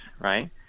right